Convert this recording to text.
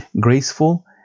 graceful